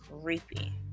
creepy